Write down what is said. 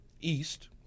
east